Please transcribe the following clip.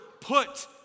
put